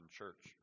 church